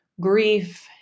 grief